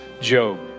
Job